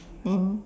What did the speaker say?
then